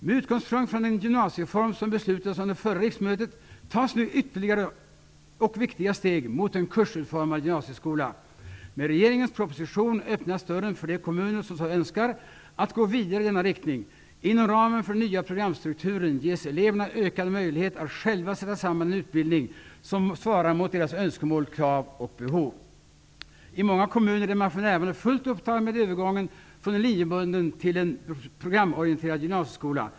Med utgångspunkt i den gymnasiereform som beslutades under förra riksmötet tas nu ytterligare och viktiga steg mot en kursutformad gymnasieskola. Med regeringens proposition öppnas dörren för de kommuner som så önskar att gå vidare i denna riktning. Inom ramen för den nya programstrukturen ges eleverna ökad möjlighet att själva sätta samman en utbildning som svarar mot deras önskemål, krav och behov. I många kommuner är man för närvarande fullt upptagen med övergången från en linjebunden till en programorienterad gymnasieskola.